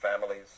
families